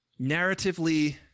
narratively